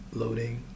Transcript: loading